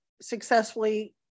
successfully